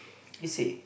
you see